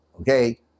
Okay